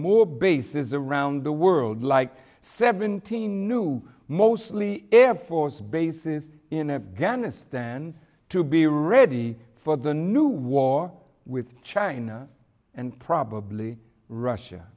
more bases around the world like seventeen new mostly air force bases in afghanistan to be ready for the new war with china and probably russia